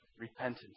repentance